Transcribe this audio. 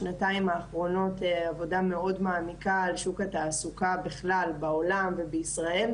שנתיים האחרונות עבודה מאוד מעמיקה על שוק התעסוקה בכלל בעולם ובישראל,